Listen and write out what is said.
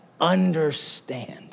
understand